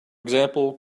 example